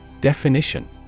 Definition